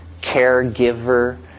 caregiver